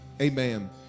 amen